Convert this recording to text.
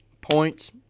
Points